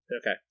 Okay